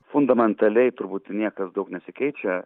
fundamentaliai turbūt niekas daug nesikeičia